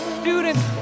students